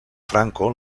franco